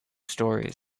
stories